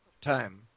time